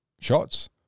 shots